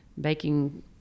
baking